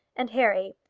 and, harry,